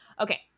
Okay